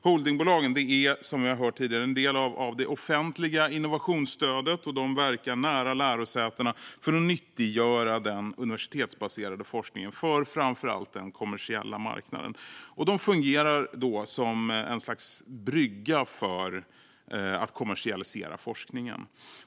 Holdingbolagen är, som vi har hört tidigare, en del av det offentliga innovationsstödet. De verkar nära lärosätena för att nyttiggöra den universitetsbaserade forskningen för framför allt den kommersiella marknaden. De fungerar som ett slags brygga för att kommersialisera forskningen.